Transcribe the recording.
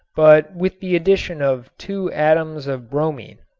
but with the addition of two atoms of bromine.